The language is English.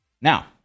Now